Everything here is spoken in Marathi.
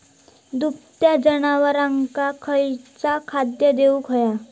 दुभत्या जनावरांका खयचा खाद्य देऊक व्हया?